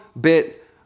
bit